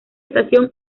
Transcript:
estación